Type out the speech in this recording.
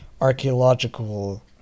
archaeological